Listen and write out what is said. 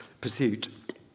pursuit